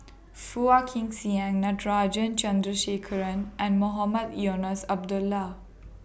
Phua Kin Siang Natarajan Chandrasekaran and Mohamed Eunos Abdullah